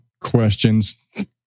questions